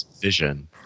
vision